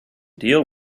deal